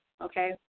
okay